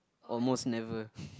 almost never